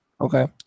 Okay